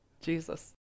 Jesus